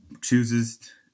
chooses